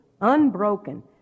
unbroken